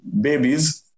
babies